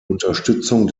unterstützung